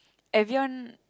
everyone